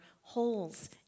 holes